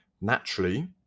Naturally